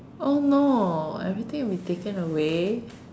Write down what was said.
oh no everything will be taken away